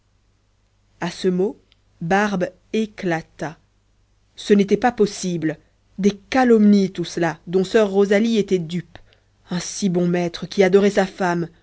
à ce mot barbe éclata ce n'était pas possible des calomnies tout cela dont soeur rosalie était dupe un si bon maître qui adorait sa femme